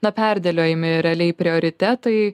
na perdėliojami realiai prioritetai